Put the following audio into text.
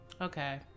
Okay